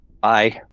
bye